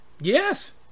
Yes